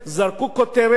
זרקו כותרת,